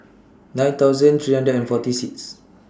nine thousand three hundred and forty six